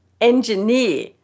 engineer